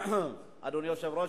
אדוני היושב-ראש,